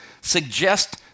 suggest